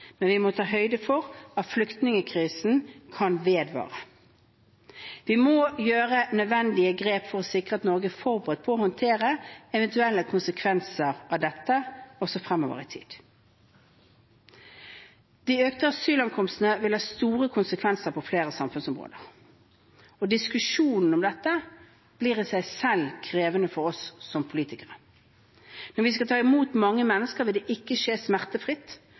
men vi må ta høyde for at flyktningkrisen kan vedvare. Vi må gjøre nødvendige grep for å sikre at Norge er forberedt på å håndtere eventuelle konsekvenser av dette også fremover i tid. De økte asylankomstene vil ha store konsekvenser på flere samfunnsområder. Diskusjonen om dette blir i seg selv krevende for oss som politikere. Når vi skal ta imot så mange mennesker, vil ikke det skje smertefritt,